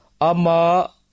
Ama